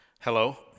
Hello